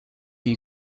you